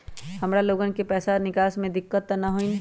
हमार लोगन के पैसा निकास में दिक्कत त न होई?